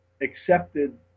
accepted